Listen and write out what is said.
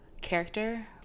character